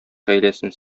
хәйләсен